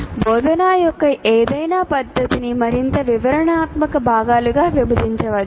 బోధనా యొక్క ఏదైనా పద్ధతిని మరింత వివరణాత్మక భాగాలుగా విభజించవచ్చు